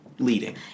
leading